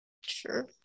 Sure